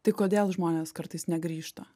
tai kodėl žmonės kartais negrįžta